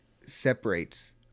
separates